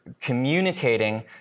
communicating